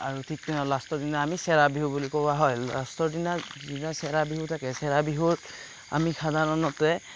আৰু ঠিক তেনেদৰে লাষ্টৰ দিনা আমি চেৰা বিহু বুলি কোৱা হয় লাষ্টৰ দিনা যিদিনা চেৰা বিহু থাকে চেৰা বিহুত আমি সাধাৰণতে